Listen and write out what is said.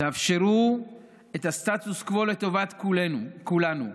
תאפשרו את הסטטוס קוו לטובת כולנו,